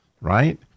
right